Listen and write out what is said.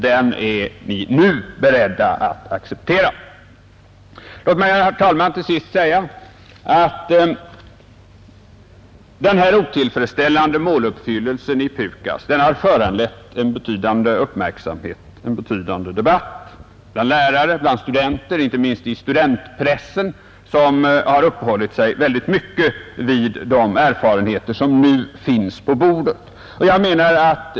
Låt mig till sist, herr talman, säga att denna otillfredsställande måluppfyllelse i PUKAS har föranlett en betydande uppmärksamhet och debatt bland lärare och studenter, och inte minst studentpressen har uppehållit sig mycket vid de erfarenheter vi nu har.